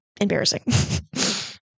embarrassing